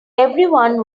everyone